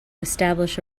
establish